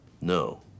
No